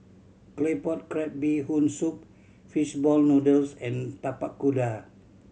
Claypot Crab Bee Hoon Soup fish ball noodles and Tapak Kuda